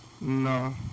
No